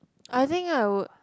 I think I would